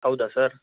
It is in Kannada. ಹೌದಾ ಸರ್